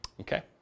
Okay